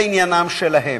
זה עניינם שלהם,